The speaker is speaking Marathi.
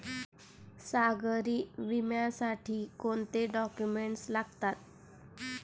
सागरी विम्यासाठी कोणते डॉक्युमेंट्स लागतात?